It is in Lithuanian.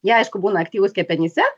jie aišku būna aktyvūs kepenyse